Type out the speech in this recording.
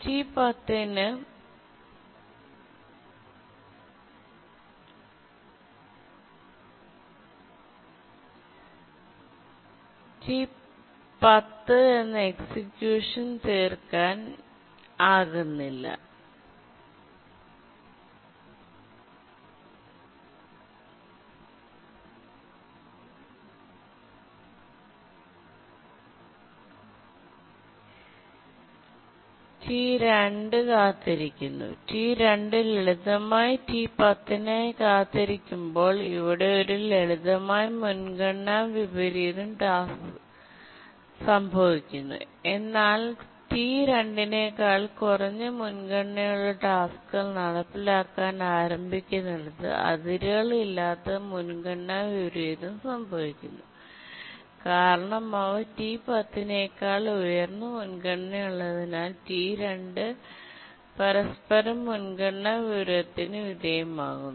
T10 എന്ന് execution തീർക്കാൻ ആകുന്നില്ല T2 കാത്തിരിക്കുന്നു T2 ലളിതമായി T10 നായി കാത്തിരിക്കുമ്പോൾ ഇവിടെ ഒരു ലളിതമായ മുൻഗണന വിപരീതം സംഭവിക്കുന്നു എന്നാൽ T2 നെക്കാൾ കുറഞ്ഞ മുൻഗണനയുള്ള ടാസ്ക്കുകൾ നടപ്പിലാക്കാൻ ആരംഭിക്കുന്നിടത്ത് അതിരുകളില്ലാത്ത മുൻഗണന വിപരീതം സംഭവിക്കുന്നു കാരണം അവ T10 നെക്കാൾ ഉയർന്ന മുൻഗണനയുള്ളതിനാൽ T2 പരസ്പരം മുൻഗണനാ വിപരീതത്തിന് വിധേയമാകുന്നു